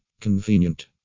Convenient